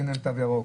אין להם תו ירוק.